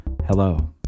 Hello